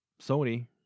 Sony